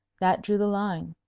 that drew the line.